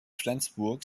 flensburg